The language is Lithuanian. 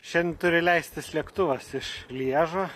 šiandien turi leistis lėktuvas iš lježo